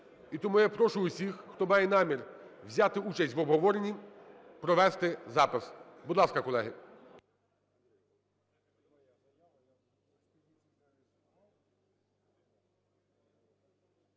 І тому я прошу усіх, хто має намір взяти участь в обговоренні, провести запис. Будь ласка, колеги.